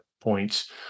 points